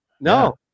no